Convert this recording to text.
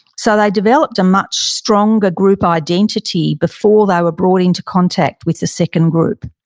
so they developed a much stronger group identity before they were brought into contact with the second group